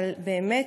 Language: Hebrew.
אבל באמת,